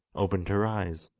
opened her eyes.